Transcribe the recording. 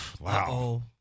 Wow